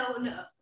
no